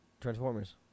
Transformers